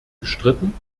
gestritten